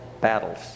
battles